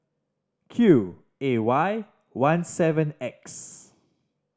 Q A Y one seven X